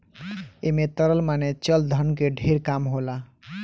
ऐमे तरल माने चल धन के ढेर काम होला